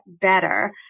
better